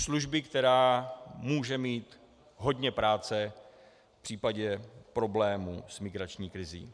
Služby, která může mít hodně práce v případě problémů s migrační krizí.